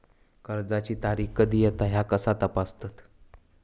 कर्जाची तारीख कधी येता ह्या कसा तपासतत?